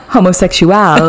Homosexual